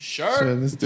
sure